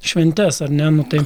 šventes ar ne nu tai